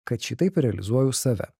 kad šitaip realizuoju save